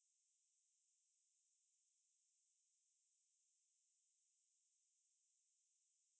err சத்தம் வேண்டாம் எல்லாற்றையும்:sattham vaendaam ellatrayum off பண்ணிட்டு நீ படுகிற:pannittu ni padukira but then for emergencies you still want